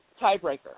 tiebreaker